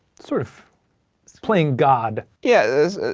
sort of playing god. yeah,